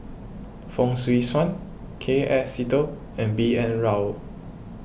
Fong Swee Suan K F Seetoh and B N Rao